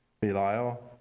Belial